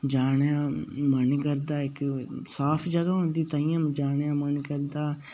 जाने दा मन करदा इक साफ जगह होंदी तांइयै जाने दा मन करदा